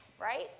right